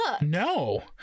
No